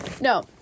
No